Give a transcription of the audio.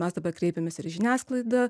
mes dabar kreipėmės ir į žiniasklaidą